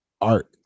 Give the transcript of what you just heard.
art